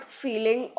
feeling